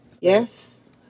Yes